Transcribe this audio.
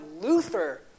Luther